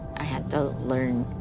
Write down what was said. i had to learn